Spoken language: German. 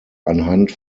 anhand